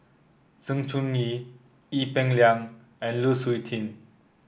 Sng Choon Yee Ee Peng Liang and Lu Suitin